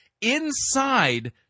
inside